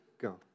Go